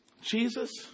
Jesus